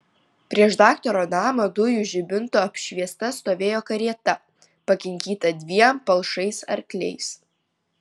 prieš daktaro namą dujų žibinto apšviesta stovėjo karieta pakinkyta dviem palšais arkliais